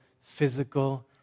physical